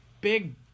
big